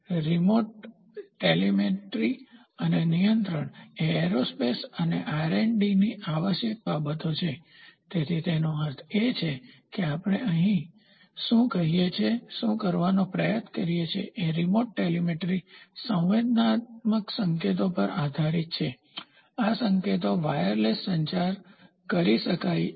remote દૂરસ્થ telemetry અને નિયંત્રણ એ એરોસ્પેસ અને R એન્ડ D ની આવશ્યક બાબતો છે તેથી તેનો અર્થ એ છે કે આપણે અહીં શું કહીએ છીએ કરવાનો પ્રયાસ એ રીમોટ દૂરસ્થ ટેલિમેટ્રી સંવેદનાત્મક સંકેતો પર આધારિત છે આ સંકેતો વાયરલેસ સંચાર કરી શકાય છે